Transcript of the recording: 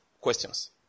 questions